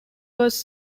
was